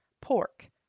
Pork